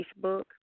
Facebook